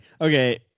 Okay